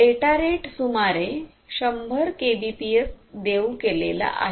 data rate सुमारे 100 kbps देऊ केलेला आहे